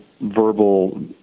verbal